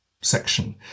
section